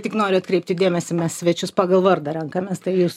tik noriu atkreipti dėmesį mes svečius pagal vardą renkamės tai jūs